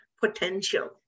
potential